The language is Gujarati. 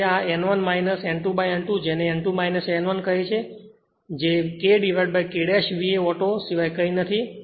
તેથી આ N1 N2N2 જેને N2 N1 કહે છે જે KK VA auto સિવાય કંઇ નથી